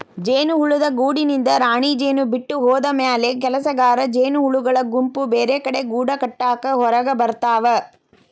ಜೇನುಹುಳದ ಗೂಡಿನಿಂದ ರಾಣಿಜೇನು ಬಿಟ್ಟ ಹೋದಮ್ಯಾಲೆ ಕೆಲಸಗಾರ ಜೇನಹುಳಗಳ ಗುಂಪು ಬೇರೆಕಡೆ ಗೂಡಕಟ್ಟಾಕ ಹೊರಗಬರ್ತಾವ